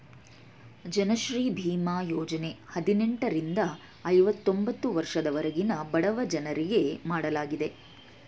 ಜನಶ್ರೀ ಬೀಮಾ ಯೋಜನೆ ಹದಿನೆಂಟರಿಂದ ಐವತೊಂಬತ್ತು ವರ್ಷದವರೆಗಿನ ಬಡಜನರಿಗೆ ಮಾಡಲಾಗಿದೆ